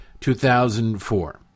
2004